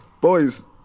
Boys